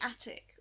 attic